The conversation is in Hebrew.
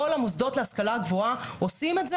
כל המוסדות להשכלה גבוהה עושים את זה.